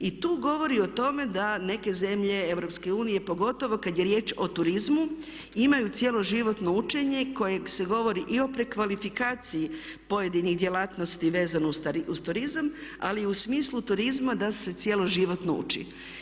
I tu govori o tome da neke zemlje EU pogotovo kada je riječ o turizmu imaju cjeloživotno učenje u kojem se govori i o prekvalifikaciji pojedinih djelatnosti vezanih uz turizam ali i u smislu turizma da se cjeloživotno uči.